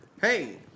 Hey